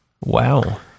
Wow